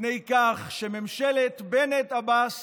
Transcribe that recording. בפני כך שממשלת בנט-עבאס